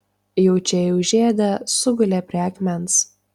jaučiai užėdę sugulė prie akmens